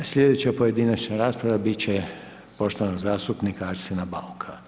Slijedeća pojedinačna rasprava biti će poštovanog zastupnika Arsena Bauka.